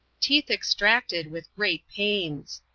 teeth extracted with great pains.